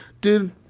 Dude